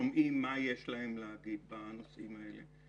שומעים מה יש להן להגיד בנושאים האלה.